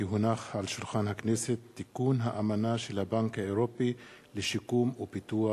כי הונח על שולחן הכנסת תיקון האמנה של הבנק האירופי לשיקום ופיתוח.